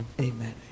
Amen